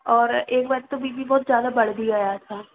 और एक बार तो बी पी बहुत ज्यादा बढ़ भी गया था